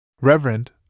Reverend